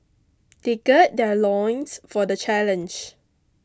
they gird their loins for the challenge